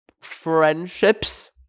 ...friendships